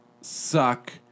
suck